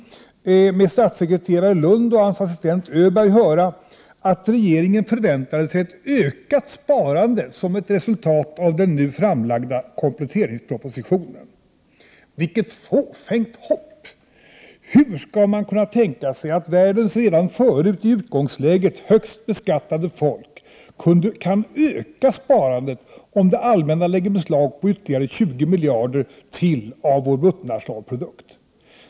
1988/89:110 hans assistent Öberg höra att regeringen förväntar sig ett ökat sparande som 9 maj 1989 ett resultat av den nu framlagda kompletteringspropositionen. Vilket fåfängt hopp! Hur skall man kunna tänka sig att världens redan förut i utgångsläget högst beskattade folk skall kunna öka sparandet, om det allmänna lägger beslag på ytterligare 20 miljarder kronor av vår bruttonationalprodukt?